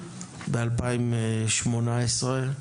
ב-2018,